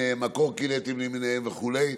הקורקינטים למיניהם וכו',